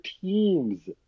teams